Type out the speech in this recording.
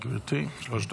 בבקשה, גברתי, שלוש דקות.